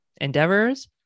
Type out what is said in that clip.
endeavors